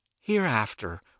Hereafter